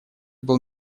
был